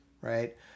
right